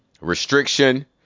restriction